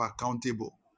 accountable